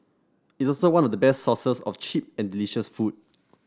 it's also one of the best source for cheap and delicious food